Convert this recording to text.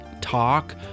talk